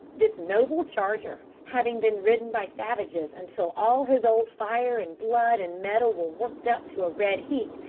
this noble charger, having been ridden by savages until all his old fire, and blood, and metal were worked up to a red heat,